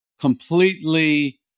completely